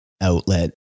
outlet